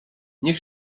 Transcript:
niech